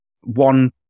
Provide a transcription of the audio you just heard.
one